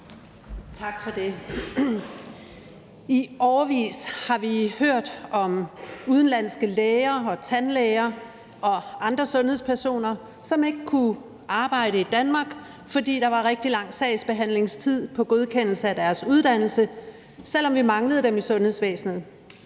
I årevis har vi hørt om udenlandske læger, tandlæger og andre sundhedspersoner, som ikke kunne arbejde i Danmark, fordi der var rigtig lang sagsbehandlingstid på godkendelse af deres uddannelse, selv om vi manglede dem i sundhedsvæsenet.